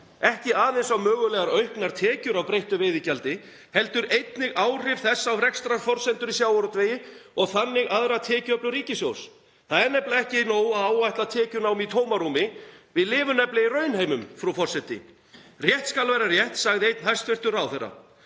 ekki aðeins á mögulegar auknar tekjur af breyttu veiðigjaldi heldur einnig áhrif þess á rekstrarforsendur í sjávarútvegi og þannig aðra tekjuöflun ríkissjóðs. Það er ekki nóg að áætla tekjunám í tómarúmi. Við lifum nefnilega í raunheimum, frú forseti. Rétt skal vera rétt, sagði einn hæstv. ráðherra.